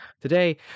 Today